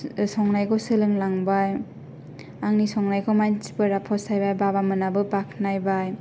संनायखौ सोलोंलांबाय आंनि संनायखौ मानथिफोरा फसायबाय बाबा मोनाबो बाखनायबाय